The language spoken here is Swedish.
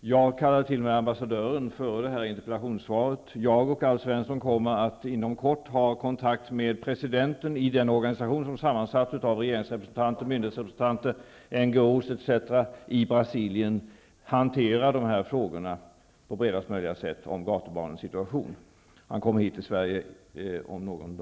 Jag kallade till mig ambassadören före interpellationssvaret. Alf Svensson och jag kommer inom kort att ha kontakt med presidenten i den organisation som är sammansatt av regeringsrepresentanter, NGO:s myndighetsrepresentant etc. i Brasilien för att på bredast möjliga sätt hantera frågorna om gatubarnens situation. Han kommer hit till Sverige om